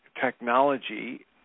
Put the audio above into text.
technology